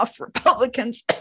Republicans